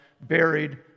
buried